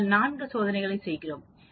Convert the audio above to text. நாங்கள் 4 சோதனைகளை செய்கிறோம்